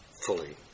fully